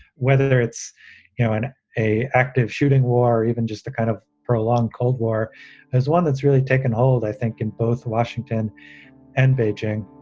whether it's, you know, in a active shooting war or even just the kind of prolonged cold war is one that's really taken hold. i think, in both washington and beijing.